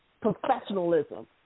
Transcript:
professionalism